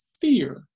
fear